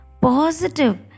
positive